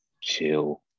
chill